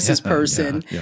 person